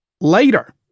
later